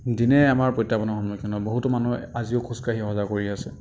দিনে আমাৰ প্ৰত্য়াহ্বানৰ সন্মুখীন হওঁ বহুতো মানুহে আজিও খোজকাঢ়ি অহা যোৱা কৰি আছে